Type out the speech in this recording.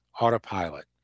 autopilot